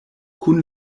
kun